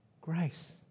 Grace